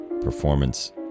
performance